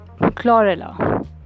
chlorella